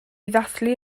ddathlu